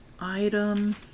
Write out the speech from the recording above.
item